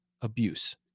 abuse